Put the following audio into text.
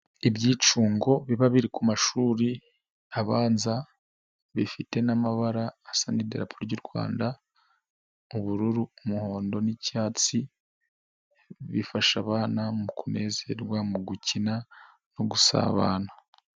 Ibyicungo biba biri ku mashuri abanza bifite n'amabara asa n'idarapo ry'u Rwanda: ubururu, umuhondo n'icyatsi, bifasha abana mu kunezerwa mu gukina no gusabana.